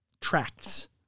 tracts